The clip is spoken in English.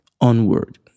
onward